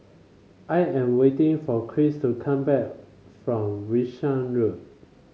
I am waiting for Christ to come back from Wishart Road